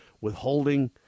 withholding